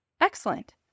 Excellent